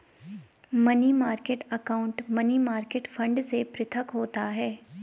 money market account money market fund से पृथक होता है